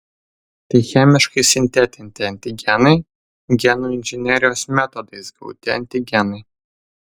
tai chemiškai sintetinti antigenai genų inžinerijos metodais gauti antigenai